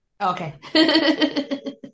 okay